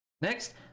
Next